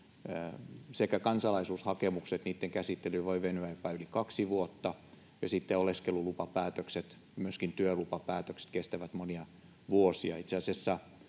kansalaisuushakemuksien käsittely voi venyä jopa yli kaksi vuotta, ja oleskelulupapäätökset ja myöskin työlupapäätökset kestävät monia vuosia.